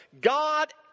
God